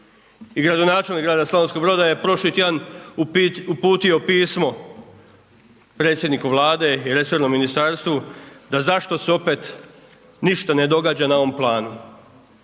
I gradonačelnik grada Slavonskog Broda je prošli tjedan uputio pismo predsjedniku Vlade i resornom ministarstvu da zašto se opet ništa ne događa na ovom planu?